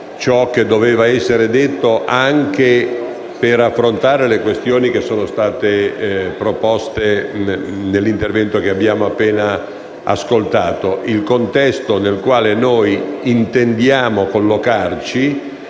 ciò che doveva essere detto anche per affrontare le questioni sollevate nell'intervento che abbiamo appena ascoltato. Il contesto nel quale noi intendiamo collocarci